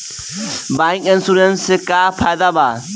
Bike insurance से का फायदा बा?